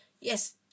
Yes